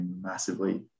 massively